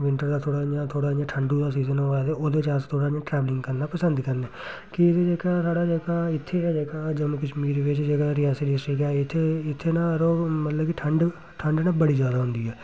winter दा थोह्ड़ा इ'यां थोह्ड़ा इ'यां ठंडू दा सीजन होऐ ते ओहदे च अस थोह्ड़ा इयां ट्रैवलिंग करना पसंद करने की जे जेह्का साढ़ा जेह्का इत्थें गै जेह्का जम्मू कश्मीर बिच्च जेह्ड़ा रियासी डिस्ट्रिक ऐ इत्थें इत्थें ना रो मतलब कि ठंड ठंड ना बड़ी ज्यादा होंदी ऐ